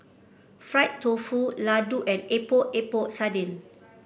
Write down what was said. Fried Tofu laddu and Epok Epok Sardin